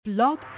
Blog